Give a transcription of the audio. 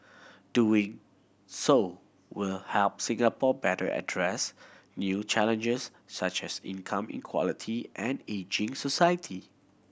doing so will help Singapore better address new challenges such as income inequality and ageing society